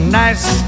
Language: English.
nice